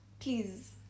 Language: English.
Please